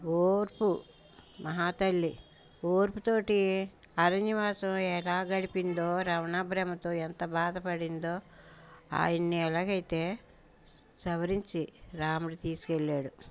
ఓర్పు మహాతల్లి ఓర్పు తోటి అరణ్యవాసం ఎలా గడిపిందో రావణాబ్రహ్మతో ఎంత బాధ పడిందో ఆయన్ని ఎలాగైతే సవరించి రాముడు తీసుకెళ్ళాడు